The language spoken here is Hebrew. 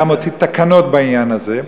גם הוציא תקנות בעניין הזה.